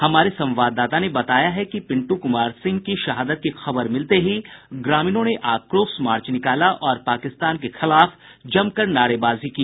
हमारे संवाददाता ने बताया है कि पिंटू कुमार सिंह की शहादत की खबर मिलते ही ग्रामीणों ने आक्रोश मार्च निकाला और पाकिस्तान के खिलाफ जमकर नारेबाजी की